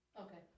Okay